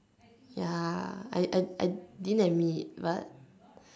ya I I I didn't admit but